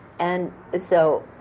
and so